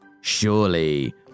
surely